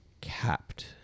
capped